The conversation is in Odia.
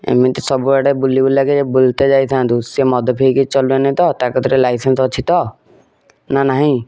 ଏମିତି ସବୁଆଡ଼େ ବୁଲି ବୁଲାକି ବୁଲିତେ ଯାଇଥାନ୍ତୁ ସେ ମଦ ପିଇକି ଚଲାଉନି ତ ତା କତିରେ ଲାଇସେନ୍ସ୍ ଅଛି ତ ନା ନାହିଁ